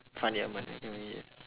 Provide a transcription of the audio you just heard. fandi-ahmad academy yes